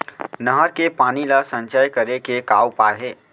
नहर के पानी ला संचय करे के का उपाय हे?